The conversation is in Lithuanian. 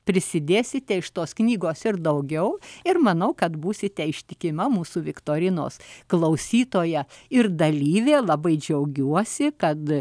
prisidėsite iš tos knygos ir daugiau ir manau kad būsite ištikima mūsų viktorinos klausytoja ir dalyvė labai džiaugiuosi kad